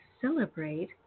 celebrate